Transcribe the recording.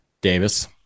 Davis